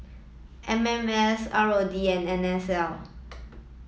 M M S R O D and N S L